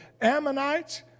Ammonites